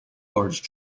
largest